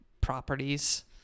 properties